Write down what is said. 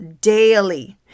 daily